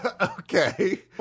Okay